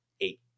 eight